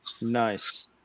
Nice